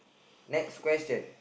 next question